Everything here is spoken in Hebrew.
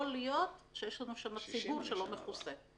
יכול להיות שיש לנו שם ציבור שלא מכוסה.